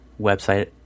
website